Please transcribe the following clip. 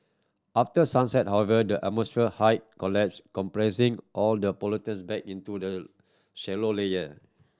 after sunset however the atmosphere height collapse compressing all the pollutant back into the shallow layer